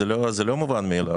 זה לא מובן מאליו,